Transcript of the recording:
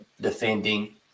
defending